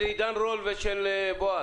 שאול, היו שאלות של עידן רול ושל בועז.